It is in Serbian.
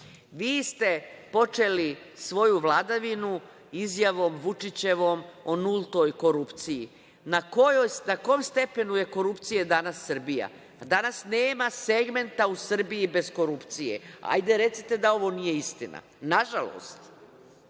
ste počeli svoju vladavinu izjavom Vučićevom o nultoj korupciji. Na kom stepenu je korupcija danas u Srbiji? Danas nema segmenta u Srbiji bez korupcije. Hajde, recite da ovo nije istina. Nažalost.